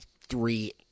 three